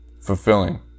fulfilling